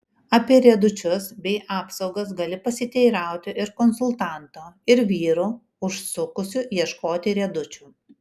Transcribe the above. apie riedučius bei apsaugas gali pasiteirauti ir konsultanto ir vyrų užsukusių ieškoti riedučių